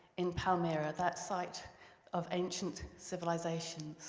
in palmyra, that site of ancient civilizations